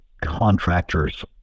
contractors